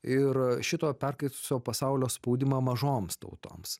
ir šito perkaitusio pasaulio spaudimą mažoms tautoms